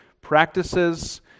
practices